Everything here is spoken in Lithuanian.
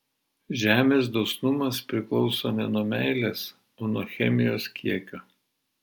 žemės dosnumas priklauso ne nuo meilės o nuo chemijos kiekio